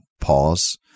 pause